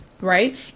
right